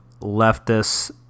leftist